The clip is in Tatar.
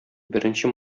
беренче